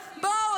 בואו,